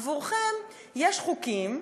עבורכם יש חוקים,